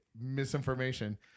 misinformation